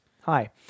Hi